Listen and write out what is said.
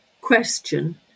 question